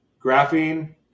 Graphene